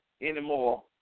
Anymore